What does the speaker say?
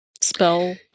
spell